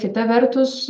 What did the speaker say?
kita vertus